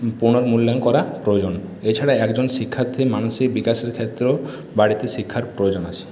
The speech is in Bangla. পুনর্মূল্যায়ন করা প্রয়োজন এছাড়া একজন শিক্ষার্থীর মানসিক বিকাশের ক্ষেত্রেও বাড়িতে শিক্ষার প্রয়োজন আছে